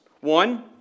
One